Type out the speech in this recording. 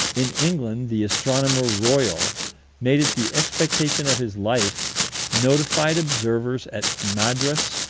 in england, the astronomer royal made it the expectation of his life notified observers at madras,